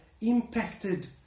impacted